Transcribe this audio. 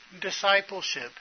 discipleship